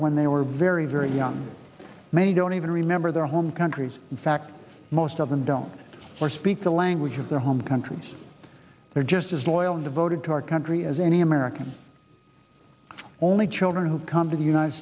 when they were very very young many don't even remember their home countries in fact most of them don't speak the language of their home countries they're just as loyal and devoted to our country as any american only children who come to the united